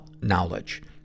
knowledge